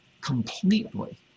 completely